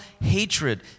hatred